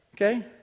okay